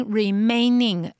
remaining